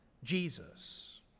jesus